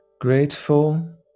grateful